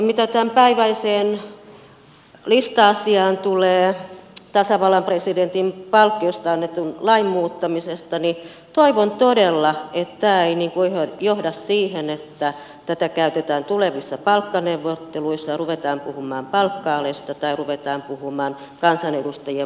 mitä tämänpäiväiseen lista asiaan tulee tasavallan presidentin palkkiosta annetun lain muuttamisesta niin toivon todella että tämä ei johda siihen että tätä käytetään tulevissa palkkaneuvotteluissa ja ruvetaan puhumaan palkka alesta tai ruvetaan puhumaan kansanedustajien palkkioitten laskemisesta